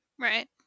right